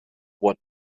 what